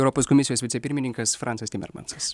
europos komisijos vicepirmininkas francas timermansas